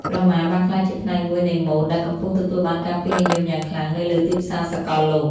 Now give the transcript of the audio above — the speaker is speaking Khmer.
ក្រមាបានក្លាយជាផ្នែកមួយនៃម៉ូដ ដែលកំពុងទទួលបានការពេញនិយមយ៉ាងខ្លាំងនៅលើទីផ្សារសកលលោក។